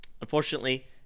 Unfortunately